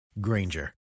Granger